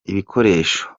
ibikoresho